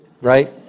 right